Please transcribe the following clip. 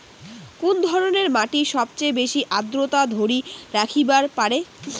কুন ধরনের মাটি সবচেয়ে বেশি আর্দ্রতা ধরি রাখিবার পারে?